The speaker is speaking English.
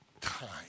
time